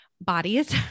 bodies